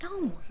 No